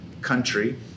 country